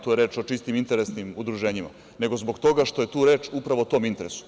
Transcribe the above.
Tu je reč o čistim interesnim udruženjima, nego zbog toga što je tu reč upravo o tom interesu.